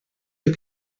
you